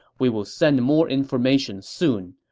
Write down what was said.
we will send more information soon.